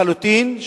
לחלוטין,